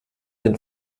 den